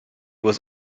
was